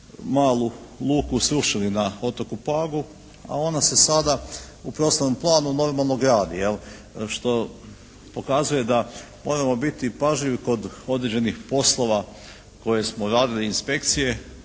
malu luku srušili na otoku Pagu, a ona se sada u prostornom planu normalno gradi, što pokazuje da moramo biti pažljivi kod određenih poslova koje smo radili inspekcije,